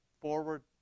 forward